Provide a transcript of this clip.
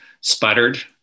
sputtered